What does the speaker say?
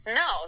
no